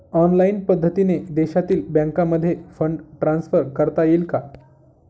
Online पद्धतीने देशातील बँकांमध्ये फंड ट्रान्सफर करता येईल का?